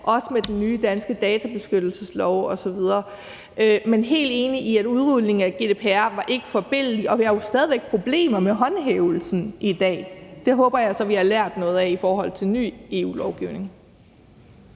også med den nye danske databeskyttelseslov osv. Men jeg er helt enig i, at udrulningen af GDPR ikke var forbilledlig, og vi har jo stadig væk i dag problemer med håndhævelsen. Det håber jeg så vi har lært noget af i forhold til ny EU-lovgivning.